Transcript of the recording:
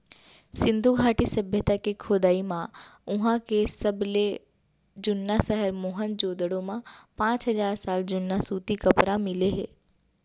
सिंधु घाटी सभ्यता के खोदई म उहां के सबले जुन्ना सहर मोहनजोदड़ो म पांच हजार साल जुन्ना सूती कपरा मिले हे